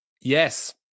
Yes